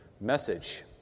message